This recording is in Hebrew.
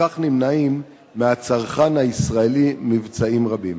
וכך נמנעים מהצרכן הישראלי מבצעים רבים.